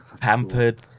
pampered